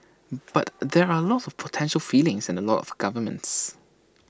but there are lots of potential feelings and A lot of governments